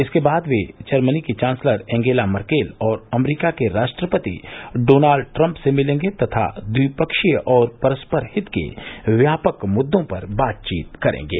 इसके बाद वे जर्मनी की चांसलर एंगेला मर्केल और अमरीका के राष्ट्रपति डोनाल्ड ट्रम्प से मिलेंगे तथा ट्विपक्षीय और परस्पर हित के व्यापक मुद्दों पर बातचीत करेंगे